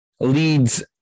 leads